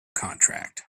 contract